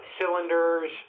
cylinders